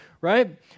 right